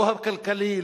לא הכלכלי,